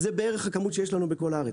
זו בערך הכמות שיש לנו בכל הארץ.